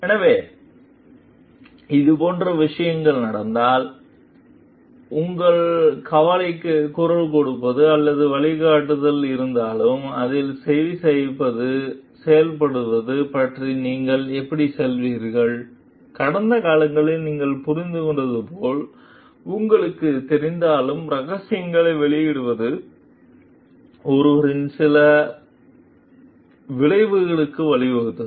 எனவே இதுபோன்ற விஷயங்கள் நடந்தால் உங்கள் கவலைக்கு குரல் கொடுப்பது அல்லது வழிகாட்டுதல்கள் இருந்தாலும் அதில் செயல்படுவது பற்றி நீங்கள் எப்படிச் செல்வீர்கள் கடந்த காலங்களில் நீங்கள் புரிந்துகொண்டது போல் உங்களுக்குத் தெரிந்தாலும் ரகசியங்களை வெளியிடுவது ஒருவரின் சில விளைவுகளுக்கு வழிவகுத்தது